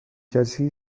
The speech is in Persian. کسی